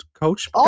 coach